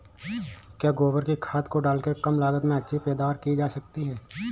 क्या गोबर की खाद को डालकर कम लागत में अच्छी पैदावारी की जा सकती है?